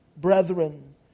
brethren